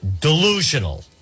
delusional